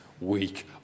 week